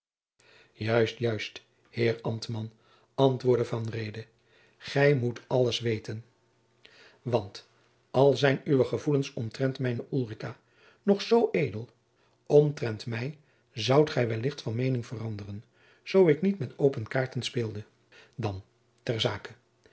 juist juist heer ambtman antwoordde van reede gij moet alles weten want al zijn uwe gevoelens omtrent mijne ulrica nog zoo edel omtrent mij zoudt gij welligt van meening veranderen zoo ik niet met open kaarten speelde dan ter zake